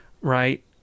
right